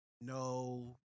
No